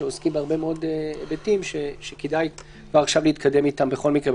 שעוסקים בהרבה מאוד היבטים שכדאי כבר עכשיו להתקדם איתם בכל מקרה,